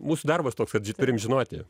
mūsų darbas toks kad turim žinoti